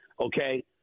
Okay